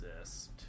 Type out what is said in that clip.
exist